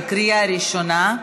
בקריאה ראשונה.